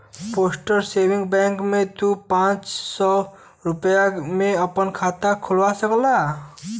postal saving bank में तू पांच सौ रूपया में आपन खाता खोल सकला